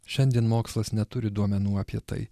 šiandien mokslas neturi duomenų apie tai